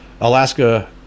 Alaska